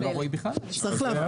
אולי לא ראוי בכלל לא צריך.